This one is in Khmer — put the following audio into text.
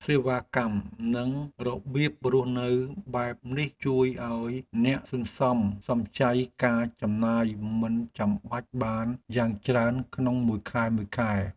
សេវាកម្មនិងរបៀបរស់នៅបែបនេះជួយឱ្យអ្នកសន្សំសំចៃការចំណាយមិនចាំបាច់បានយ៉ាងច្រើនក្នុងមួយខែៗ។